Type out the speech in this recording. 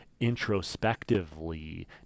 introspectively